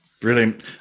Brilliant